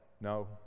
no